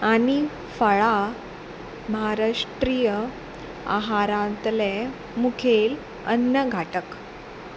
आनी फळां म्हाराष्ट्रीय आहारांतले मुखेल अन्न घाटक